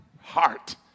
heart